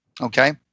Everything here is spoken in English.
Okay